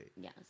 Yes